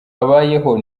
abayeho